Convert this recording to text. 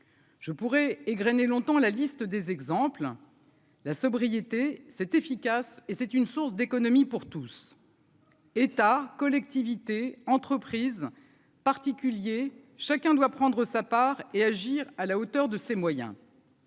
Je pourrais égrener longtemps la liste des exemples, hein, la sobriété c'est efficace et c'est une source d'économie pour tous, État, collectivités, entreprises, particuliers, chacun doit prendre sa part et agir à la hauteur de ses moyens.